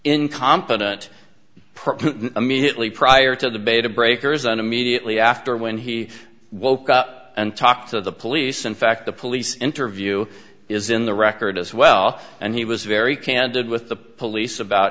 incompetent immediately prior to the bay to breakers on immediately after when he woke up and talked to the police in fact the police interview is in the record as well and he was very candid with the police about